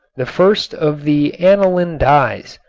the first of the aniline dyes.